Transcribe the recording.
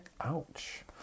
Ouch